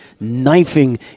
knifing